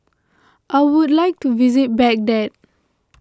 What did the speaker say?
I would like to visit Baghdad